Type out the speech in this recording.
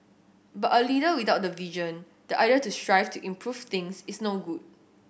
but a leader without the vision the idea to strive to improve things is no good